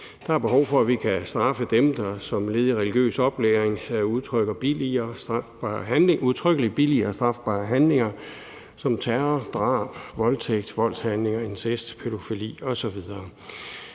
Der er behov for, at vi kan straffe dem, der som led i religiøs oplæring udtrykkeligt billiger strafbare handlinger som terror, drab, voldtægt, voldshandlinger, incest, pædofili osv.